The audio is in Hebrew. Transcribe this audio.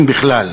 אם בכלל.